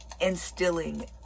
instilling